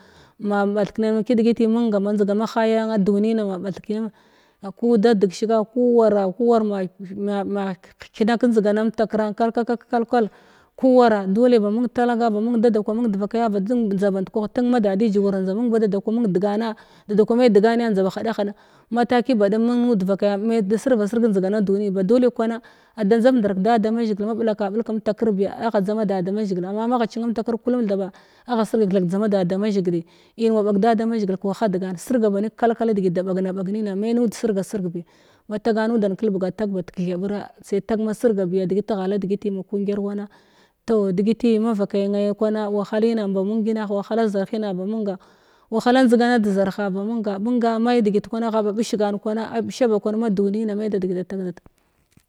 Ma bath kiya nim kadageti munga ma njdiga m ha yam duniana ma bath kiyam ku uda degshiga ku wara ku war ma-ma-m-ma hekyna kamjdigana mtakran kalkal kakak-kal-kal ku wara dole ba mung talaga ba mung da da kwa muung devakaya njda band kwah tenn ma dat dij wuren njda mung da da kwa mung degana da da kwa me deganda njda ba hada hadan malaki badum mung nud devakaya me da sirva sir njdigana duniyi ba dole kwana ada dzang ndar kada da mazhigil ma bulaka bulg kam takr biya agha dzama da da mazhigila ama magha cinnamtakr kulum thaba agha sirge tha kadmaza da da mazhigil in wa bag da da mazhigil kawaha degan kalkala degs na bag nina sirga banin kalkala degi da bag na bag nina me nud desirge sirg bi matagan nudan kaladga taa bad kethebira sai tag ma sirga biya degit degiti ma ghala degiti ma kungyar wana toh degiti mavakai ne kwana wahalina ba mungina wahala zarhina ba munga wahala njdigana dazarha ba munga munga ma’i degit kwana agha ba bish gan kwana a bisha kwan ma duni na me tha degi ada tag da tag